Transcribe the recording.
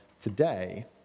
today